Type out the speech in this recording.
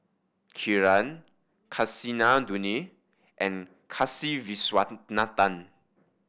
Kiran Kasinadhuni and Kasiviswanathan